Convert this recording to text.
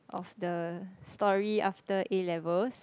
of the story after A-levels